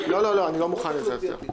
אתה שייך למפלגת חוסן לישראל,